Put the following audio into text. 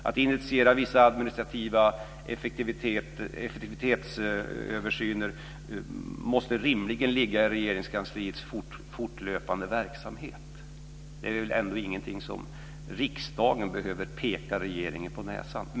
Att initiera vissa administrativa effektivitetsöversyner måste rimligen ligga inom Regeringskansliets fortlöpande verksamhet. Det är väl ändå inte ett område där riksdagen behöver peka regeringen på näsan.